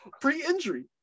pre-injury